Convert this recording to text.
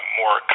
more